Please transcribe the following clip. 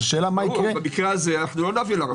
מה תעשו?